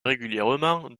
régulièrement